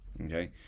okay